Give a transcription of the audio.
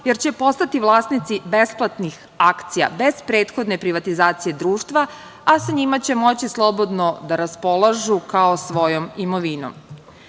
jer će postati vlasnici besplatnih akcija, bez prethodne privatizacije društva, a sa njima će moći slobodno da raspolažu kao svojom imovinom. Sve